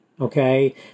okay